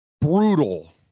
brutal